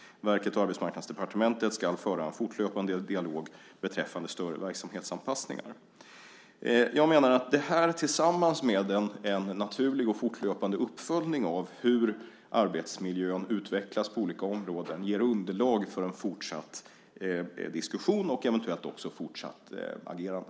Verket och Arbetsmarknadsdepartementet ska föra en fortlöpande dialog beträffande större verksamhetsanpassningar. Jag menar att det här tillsammans med en naturlig och fortlöpande uppföljning av hur arbetsmiljön utvecklas på olika områden ger underlag för en fortsatt diskussion och eventuellt också fortsatt agerande.